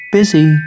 Busy